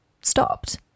stopped